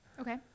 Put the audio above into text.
Okay